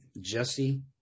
Jesse